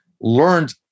learned